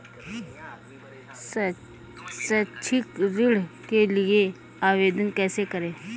शैक्षिक ऋण के लिए आवेदन कैसे करें?